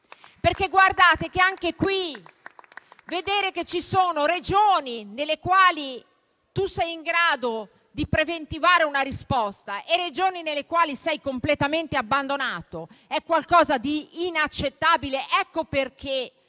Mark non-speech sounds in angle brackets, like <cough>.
della sanità. <applause> Vedere che ci sono Regioni nelle quali si è in grado di preventivare una risposta e Regioni nelle quali si è completamente abbandonati è qualcosa di inaccettabile. Ecco perché